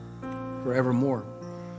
forevermore